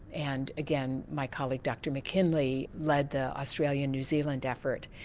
and again, my colleague dr mckinley, led the australia-new zealand effort.